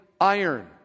iron